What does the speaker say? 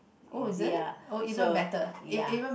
ya so ya